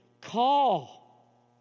call